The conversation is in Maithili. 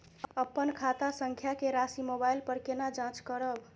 अपन खाता संख्या के राशि मोबाइल पर केना जाँच करब?